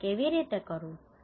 આપણે કેવી રીતે કરવું